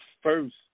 first